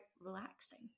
relaxing